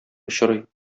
очрый